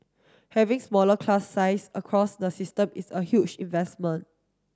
having smaller class size across the system is a huge investment